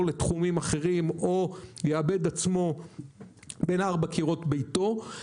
לתחומים או יאבד עצמו בין ארבע קירות ביתו,